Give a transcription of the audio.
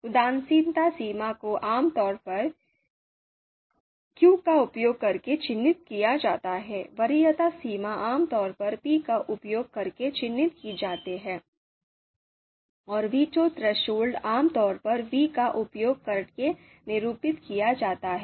उदासीनता सीमा को आमतौर पर q 'का उपयोग करके चिह्नित किया जाता है वरीयता सीमा आमतौर पर' p 'का उपयोग करके चिह्नित की जाती है और वीटो थ्रेशोल्ड आमतौर पर' v 'का उपयोग करके निरूपित किया जाता है